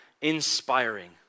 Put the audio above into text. inspiring